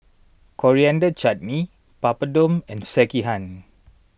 Coriander Chutney Papadum and Sekihan